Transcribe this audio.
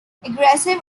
aggressive